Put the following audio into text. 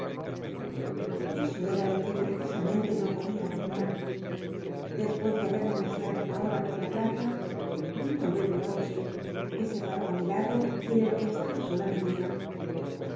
eso em lo que precisamente no podía adivinar despues de haberme paseado una hora por la plaza oiyet el coche que se paró á mi lado y en el que estaba sola mi tia